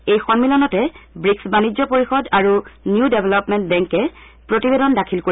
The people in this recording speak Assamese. এই সম্মিলনতে ৱিকচ বাণিজ্য পৰিষদ আৰু নিউ ডেভলপমেন্ট বেংকে প্ৰতিবেদন দাখিল কৰিব